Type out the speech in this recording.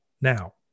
now